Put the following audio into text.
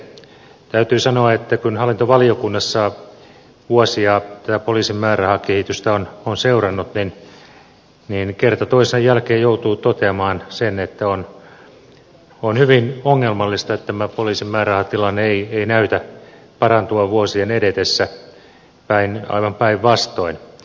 täytyy sanoa että kun hallintovaliokunnassa vuosia tätä poliisin määrärahakehitystä on seurannut niin kerta toisensa jälkeen joutuu toteamaan sen että on hyvin ongelmallista että tämä poliisin määrärahatilanne ei näytä parantuvan vuosien edetessä aivan päinvastoin